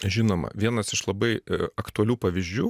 žinoma vienas iš labai aktualių pavyzdžių